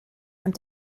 ond